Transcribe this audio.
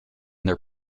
their